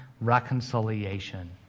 reconciliation